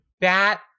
bat